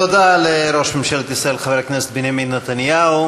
תודה לראש ממשלת ישראל חבר הכנסת בנימין נתניהו.